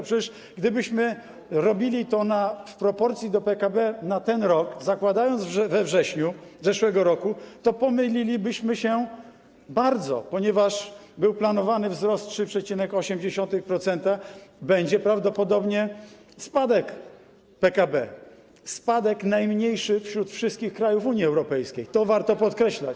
Przecież gdybyśmy robili to w proporcji do PKB na ten rok, zakładając we wrześniu zeszłego roku, to pomylilibyśmy się bardzo, ponieważ był planowany wzrost 3,8%, a będzie prawdopodobnie spadek PKB, spadek najmniejszy wśród wszystkich krajów Unii Europejskiej, to warto podkreślać.